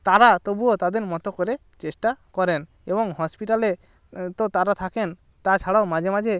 তারা তবুও তাদের মতো করে চেষ্টা করেন এবং হসপিটালে তো তারা থাকেন তাছাড়াও মাঝে মাঝে